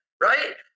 right